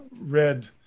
read